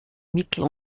mittel